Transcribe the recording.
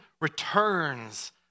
returns